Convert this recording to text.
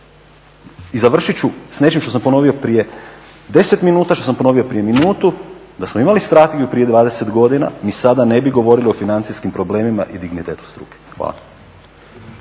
I završit ću s nečim što sam ponovio prije 10 minuta, što sam ponovio prije minutu, da smo imali strategiju prije 20 godina mi sada ne bi govorili o financijskim problemima i dignitetu struke. Hvala.